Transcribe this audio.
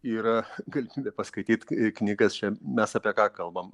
yra galimybė paskaityt knygas čia mes apie ką kalbam